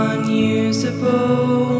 Unusable